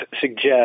suggest